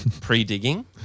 pre-digging